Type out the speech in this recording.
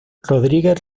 rodríguez